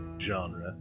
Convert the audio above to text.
Genre